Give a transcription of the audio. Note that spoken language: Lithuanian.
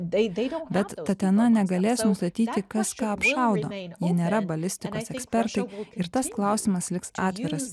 bet tatena negalėsi nustatyti kas ką apšaudo jie nėra balistikos ekspertai ir tas klausimas liks atviras